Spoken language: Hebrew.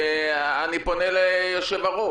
ואני פונה ליושב-הראש.